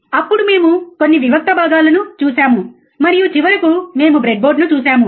అప్పుడు మేము కొన్ని వివిక్త భాగాలను చూశాము మరియు చివరకు మేము బ్రెడ్బోర్డ్ను చూశాము